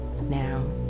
Now